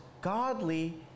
godly